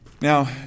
Now